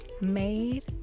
made